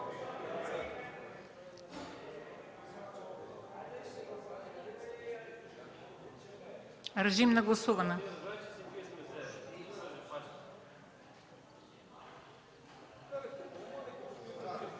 Режим на гласуване.